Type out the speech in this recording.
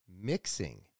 mixing